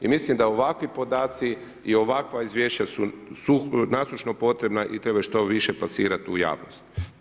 I mislim da ovakvi podaci i ovakva izvješća su nasušno potrebna i trebaju što više plasirati u javnost.